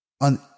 on